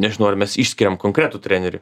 nežinau ar mes išskiriam konkretų trenerį